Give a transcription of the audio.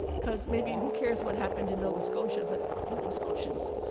because, maybe, who cares what happened in nova scotia but nova scotians.